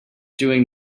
doing